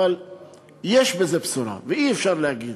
אבל יש בזה בשורה, ואי-אפשר להגיד,